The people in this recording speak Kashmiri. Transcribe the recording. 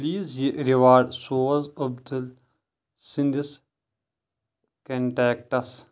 پلیز یہِ ریواڑ سوز عبدُل سٕنٛدِس کنٹیکٹس